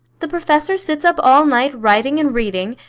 the professor sits up all night writing and reading,